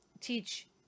teach